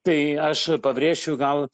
tai aš pabrėšiu gal